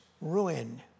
ruin